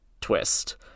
twist